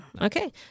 Okay